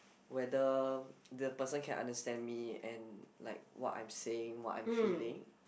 whether the person can understand me and like what I'm saying what I'm feeling